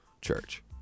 church